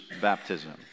baptism